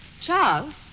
Charles